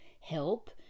help